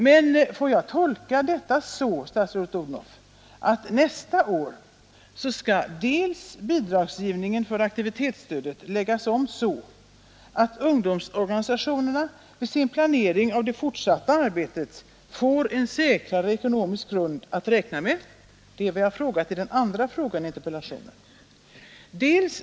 Men får jag tolka detta så, statsrådet Odhnoff, att nästa år skall bidragsgivningen för aktivitetsstödet läggas om så, att ungdomsorganisationerna vid sin planering av det fortsatta arbetet får en säkrare ekonomisk grund att räkna med? Det är vad den andra frågan i min interpellation gäller.